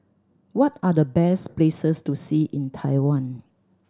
what are the best places to see in Taiwan